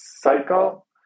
cycle